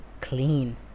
clean